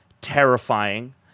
terrifying